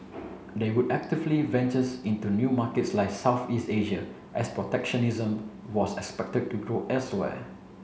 they would actively ventures into new markets like Southeast Asia as protectionism was expected to grow elsewhere